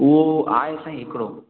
उहो आहे साईं हिकिड़ो